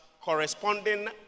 corresponding